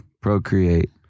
procreate